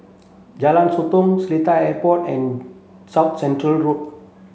Jalan Sotong Seletar Airport and South Canal Road